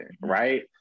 right